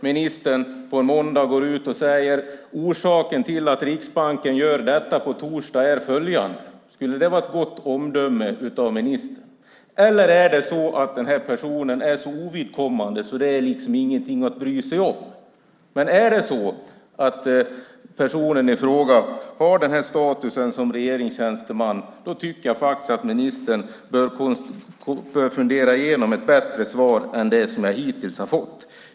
Ministern skulle då på måndagen kunna gå ut och säga: Orsaken till att Riksbanken gör detta på torsdag är följande. Skulle det vara gott omdöme av ministern? Är det så att den här personen är så ovidkommande att det inte är något att bry sig om? Om personen i fråga har statusen av regeringstjänsteman tycker jag faktiskt att ministern bör fundera igenom ett bättre svar än vad jag hittills har fått.